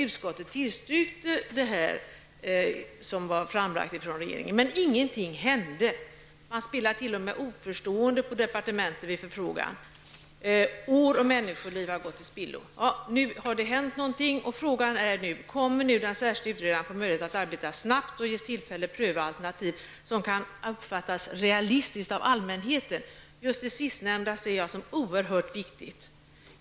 Utskottet tillstyrkte detta av regeringen framlagda förslag, men ingenting hände. Man spelade t.o.m. oförstående på departementet vid förfrågan. År och människoliv har gått till spillo. Nu har det hänt något, och frågan är då: Kommer den särskilde utredaren att få möjlighet att arbeta snabbt och ges tillfälle att pröva alternativ som kan uppfattas som realistiska av allmänheten? Det sistnämnda anser jag vara oerhört viktigt.